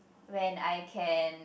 when I can